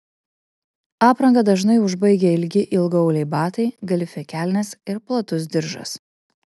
aprangą dažnai užbaigia ilgi ilgaauliai batai galifė kelnės ir platus diržas